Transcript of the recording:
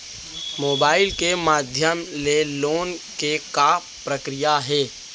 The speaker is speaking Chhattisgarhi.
मोबाइल के माधयम ले लोन के का प्रक्रिया हे?